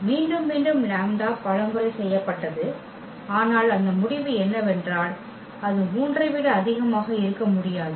மீண்டும் மீண்டும் λ பல முறை செய்யப்பட்டது ஆனால் அந்த முடிவு என்னவென்றால் அது 3 ஐ விட அதிகமாக இருக்க முடியாது